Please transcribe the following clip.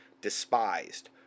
despised